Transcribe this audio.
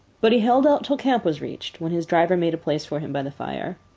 but he held out till camp was reached, when his driver made a place for him by the fire.